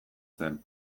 zen